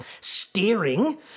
steering